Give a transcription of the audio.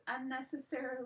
unnecessarily